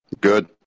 Good